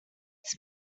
its